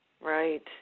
Right